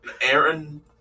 Aaron